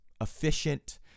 efficient